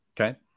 Okay